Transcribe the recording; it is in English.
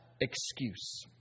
excuse